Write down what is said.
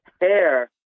hair